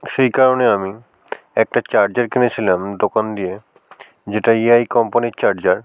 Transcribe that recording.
সেই কারণে আমি একটা চার্জার কিনেছিলাম দোকান দিয়ে যেটা ইআই কোম্পানির চার্জার